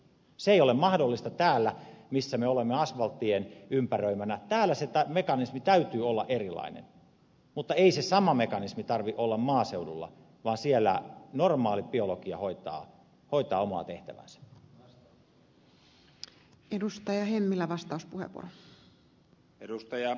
se ei ole mahdollista täällä missä me olemme asvalttien ympäröimänä täällä mekanismin täytyy olla erilainen mutta ei sen saman mekanismin tarvitse olla maaseudulla vaan siellä normaali biologia hoitaa omaa tehtäväänsä